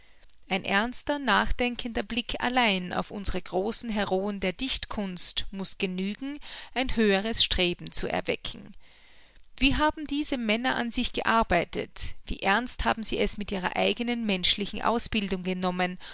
ein ernster nachdenkender blick allein auf unsre großen heroen der dichtkunst muß genügen ein höheres streben zu erwecken wie haben diese männer an sich gearbeitet wie ernst haben sie es mit ihrer eigenen menschlichen ausbildung genommen